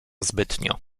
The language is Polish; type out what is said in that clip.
zbytnio